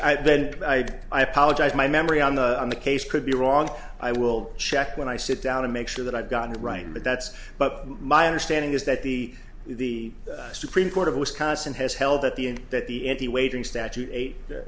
order then i apologize my memory on the on the case could be wrong i will check when i sit down and make sure that i've gotten it right but that's but my understanding is that the the supreme court of wisconsin has held that the and that the in the waiting statute eight